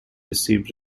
received